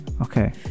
okay